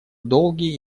долгий